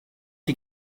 you